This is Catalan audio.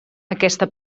aquesta